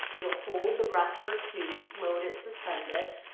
you'll hold the breath for two, float it-suspend it,